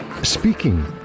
Speaking